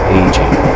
aging